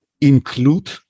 include